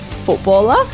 Footballer